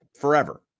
forever